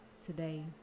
today